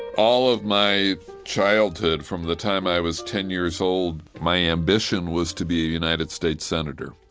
all of my childhood, from the time i was ten years old, my ambition was to be a united states senator.